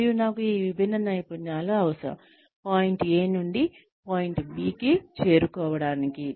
మరియు నాకు ఈ విభిన్న నైపుణ్యాలు అవసరంపాయింట్ A నుండి పాయింట్ B కి చేరుకోవడానికి